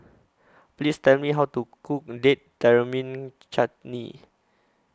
Please Tell Me How to Cook Date Tamarind Chutney